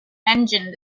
engine